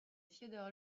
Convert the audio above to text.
fiodor